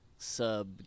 sub